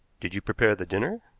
did you prepare the dinner?